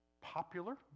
popular